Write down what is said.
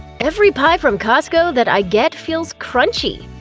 every pie from costco that i get feels crunchy.